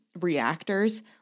reactors